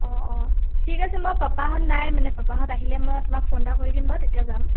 অ অ ঠিক আছে মই পাপাহঁত নাই মানে পাপাঁহত আহিলে মই তোমাক ফোন এটা কৰি দিম বাৰু তেতিয়া যাম